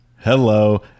hello